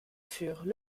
furent